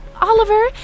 Oliver